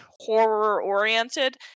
horror-oriented